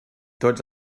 tots